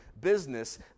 business